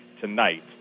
tonight